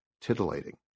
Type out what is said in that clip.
Titillating